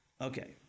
Okay